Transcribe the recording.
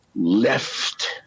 left